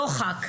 דוחק,